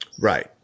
Right